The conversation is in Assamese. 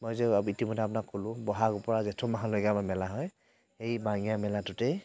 মই যে ইতিমধ্য়ে আপোনাক ক'লো বহাগৰ পৰা জেঠৰ মাহলৈকে আমাৰ মেলা হয় সেই বাঙীয়া মেলাটোতেই